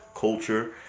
culture